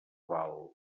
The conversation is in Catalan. val